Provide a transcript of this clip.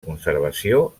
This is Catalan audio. conservació